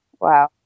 Wow